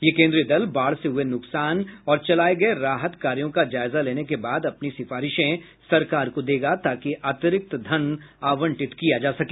यह केन्द्रीय दल बाढ़ से हुए नुकसान और चलाए गए राहत कार्यों का जायजा लेने के बाद अपनी सिफारिशें सरकार को देगा ताकि अतिरिक्त धन आंवटित किया जा सके